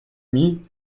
mit